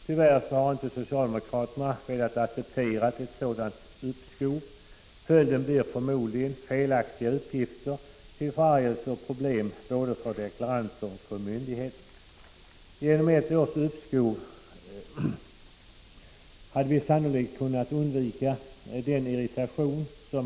Tyvärr har inte socialdemokraterna velat acceptera ett sådant uppskov. Följden blir förmodligen felaktiga uppgifter till förargelse och problem både för deklaranter och för myndighe ter. Genom ett års uppskov hade vi sannolikt kunnat undvika den irritation — Prot.